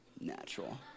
natural